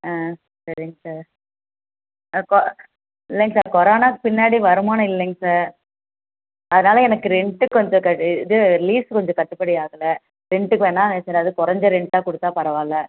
ஆ சரிங்க சார் ஆ கோ இல்லைங்க சார் கொரோனா பின்னாடி வருமானம் இல்லைங்க சார் அதனால் எனக்கு ரென்ட்டுக்கு வந்து இது லீஸ் கொஞ்சம் கட்டுப்படி ஆகலை ரென்ட்டுக்கு வேணால் சரி அதுவும் குறைஞ்ச ரென்ட்டாக கொடுத்தா பரவாயில்ல